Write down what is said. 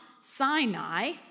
Sinai